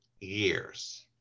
years